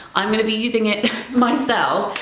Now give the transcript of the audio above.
i'm going to be using it myself,